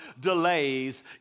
delays